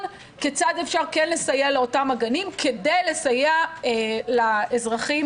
כיצד אפשר לסייע לאותם גנים כדי לסייע לאזרחים,